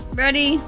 ready